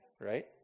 right